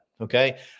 okay